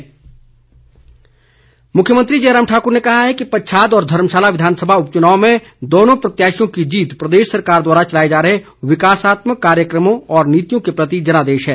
मुलाकात मुख्यमंत्री जयराम ठाकुर ने कहा है कि पच्छाद व धर्मशाला विधानसभा उपचुनाव में दोनों प्रत्याशियों की जीत प्रदेश सरकार द्वारा चलाए जा रहे विकासात्मक कार्यक्रमों व नीतियों के प्रति जनादेश है